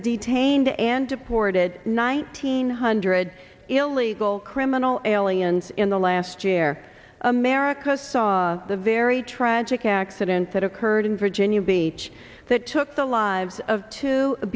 detained and deported nineteen hundred illegal criminal aliens in the last year america saw the very tragic accident that occurred in virginia beach that took the lives of two